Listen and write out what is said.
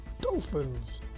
Dolphins